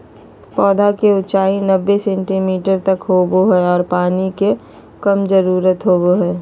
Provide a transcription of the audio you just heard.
पौधा के ऊंचाई नब्बे सेंटीमीटर तक होबो हइ आर पानी के कम जरूरत होबो हइ